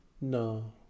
No